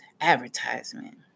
advertisement